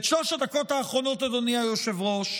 את שלוש הדקות האחרונות, אדוני היושב-ראש,